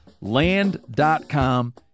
Land.com